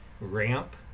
ramp